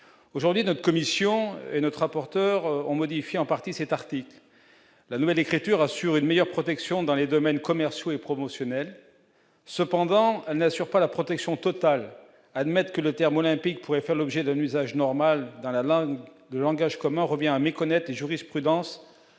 aujourd'hui notre commission et notre rapporteur, ont modifié en partie c'est article la nouvelle écriture assure une meilleure protection dans les domaines commerciaux et promotionnel, cependant elle n'assure pas la protection totale admettent que le terme olympique pourrait faire l'objet d'un usage normal dans la langue de langage commun revient à méconnaître jurisprudence